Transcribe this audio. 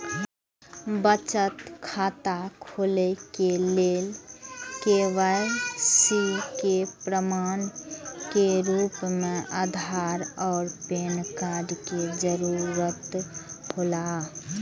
बचत खाता खोले के लेल के.वाइ.सी के प्रमाण के रूप में आधार और पैन कार्ड के जरूरत हौला